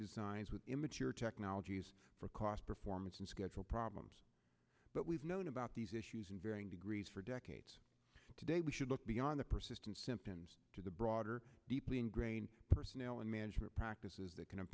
designs with immature technologies for cost performance and schedule problems but we've known about these issues in varying degrees for decades today we should look beyond the persistent symptoms to the broader deeply ingrained personnel and management practices that can